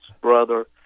brother